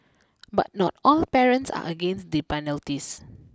but not all parents are against the penalties